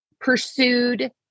pursued